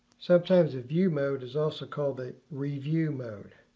sometimes the view mode is also called the review mode.